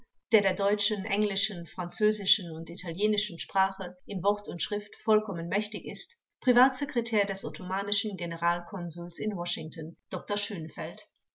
der der deutschen englischen französischen und italienischen sprache in wort und schrift vollkommen mächtig ist privatsekretär des ottomanischen generalkonsuls in washington dr